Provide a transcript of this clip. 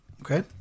Okay